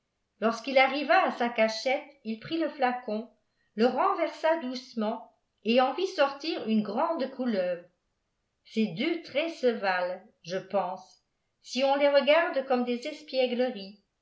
lorsqu'il arriva à sa cachette il prit le flacon le renversa doucement et en vit sortir une grande couleuvre ces deux traits se valent je pense si on les regarde comme des espiègleries